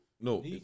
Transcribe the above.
no